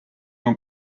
non